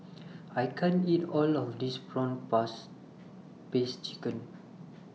I can't eat All of This Prawn Paste Piece Chicken